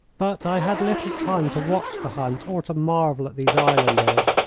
but i had little time to watch the hunt or to marvel at these islanders,